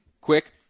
quick